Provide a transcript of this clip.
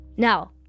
Now